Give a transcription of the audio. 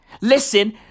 listen